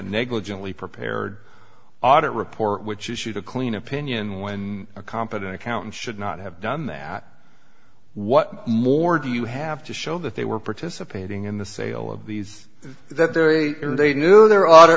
negligently prepared audit report which issued a clean opinion when a competent accountant should not have done that what more do you have to show that they were participating in the sale of these that there is a they knew their audit